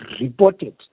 reported